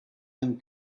them